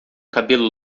cabelo